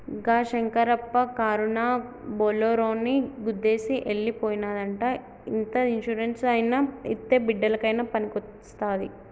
గా శంకరప్ప కారునా బోలోరోని గుద్దేసి ఎల్లి పోనాదంట ఇంత ఇన్సూరెన్స్ అయినా ఇత్తే బిడ్డలకయినా పనికొస్తాది